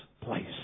place